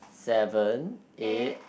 seven eight